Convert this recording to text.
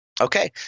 Okay